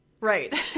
right